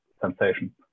sensation